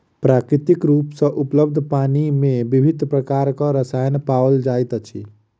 प्राकृतिक रूप सॅ उपलब्ध पानि मे विभिन्न प्रकारक रसायन पाओल जाइत अछि